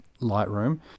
Lightroom